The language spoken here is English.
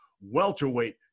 welterweight